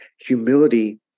Humility